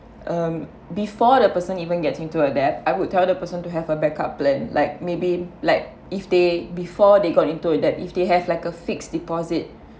um before the person even getting to a debt I will tell the person to have a backup plan like maybe like if they before they got into a debt if they have like a fixed deposit